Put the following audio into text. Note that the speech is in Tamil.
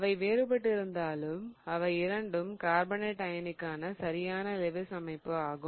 அவை வேறுபட்டிருந்தாலும் அவை இரண்டும் கார்பனேட் அயனிக்கான சரியான லெவிஸ் அமைப்பு ஆகும்